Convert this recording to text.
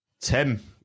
Tim